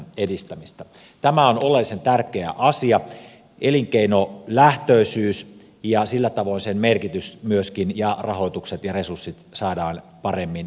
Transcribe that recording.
tämä on oleellisen tärkeä asia elinkeinolähtöisyys ja sillä tavoin sen merkitys myöskin ja rahoitukset ja resurssit saadaan paremmin turvattua